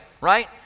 right